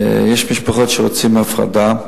יש משפחות שרוצות הפרדה,